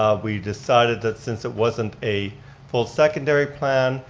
ah we decided that since it wasn't a full secondary plan,